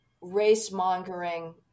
race-mongering